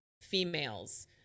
females